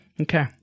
Okay